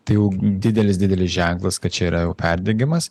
tai jau didelis didelis ženklas kad čia yra jau perdegimas